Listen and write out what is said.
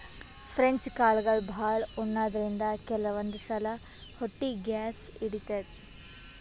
French ಕಾಳ್ಗಳ್ ಭಾಳ್ ಉಣಾದ್ರಿನ್ದ ಕೆಲವಂದ್ ಸಲಾ ಹೊಟ್ಟಿ ಗ್ಯಾಸ್ ಹಿಡಿತದ್